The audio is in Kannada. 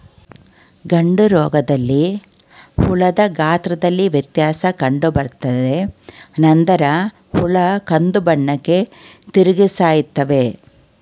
ಗಂಟುರೋಗದಲ್ಲಿ ಹುಳದ ಗಾತ್ರದಲ್ಲಿ ವ್ಯತ್ಯಾಸ ಕಂಡುಬರ್ತದೆ ನಂತರ ಹುಳ ಕಂದುಬಣ್ಣಕ್ಕೆ ತಿರುಗಿ ಸಾಯ್ತವೆ